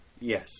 Yes